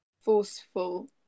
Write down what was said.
forceful